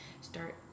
start